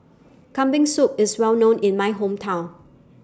Kambing Soup IS Well known in My Hometown